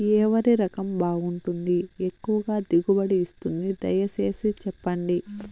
ఏ వరి రకం బాగుంటుంది, ఎక్కువగా దిగుబడి ఇస్తుంది దయసేసి చెప్పండి?